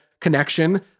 connection